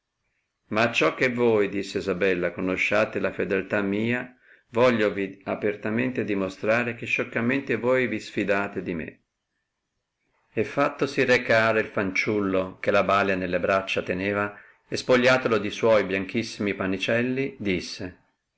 ma acciò che voi disse isabella conosciate la fedeltà mia vogliovi apertamente dimostrare che scioccamente voi vi sfidate di me e fattosi recare il fanciullo che la balia nelle braccia teneva e spogliatolo di suoi bianchissimi pannicelli disse